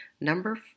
Number